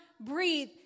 breathe